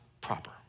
proper